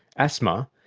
asthma,